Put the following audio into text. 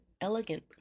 elegant